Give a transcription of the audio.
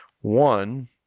One